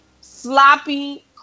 sloppy